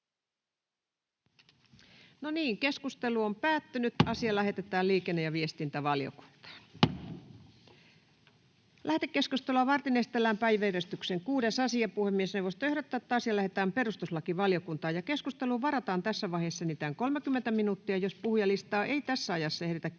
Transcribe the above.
laiksi vaalilain muuttamisesta Time: N/A Content: Lähetekeskustelua varten esitellään päiväjärjestyksen 6. asia. Puhemiesneuvosto ehdottaa, että asia lähetetään perustuslakivaliokuntaan. Keskusteluun varataan tässä vaiheessa enintään 30 minuuttia. Jos puhujalistaa ei tässä ajassa ehditä käydä